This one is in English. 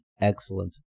excellent